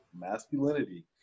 masculinity